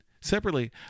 separately